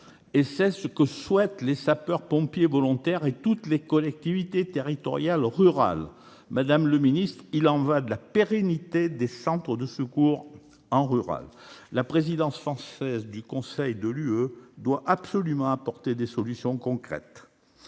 Et c'est ce que souhaitent les sapeurs-pompiers volontaires et toutes les collectivités territoriales rurales ! Madame la ministre, il y va de la pérennité des centres de secours en milieu rural. La présidence française du Conseil de l'Union européenne doit absolument apporter des solutions concrètes